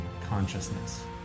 consciousness